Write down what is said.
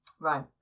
Right